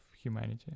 humanity